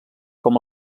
com